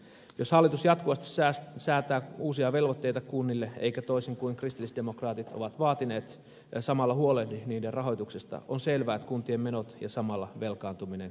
jos hallitus jatkuvasti säätää uusia velvoitteita kunnille eikä toisin kuin kristillisdemokraatit ovat vaatineet samalla huolehdi niiden rahoituksesta on selvää että kuntien menot ja samalla velkaantuminen kasvavat